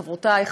חברותי,